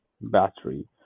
battery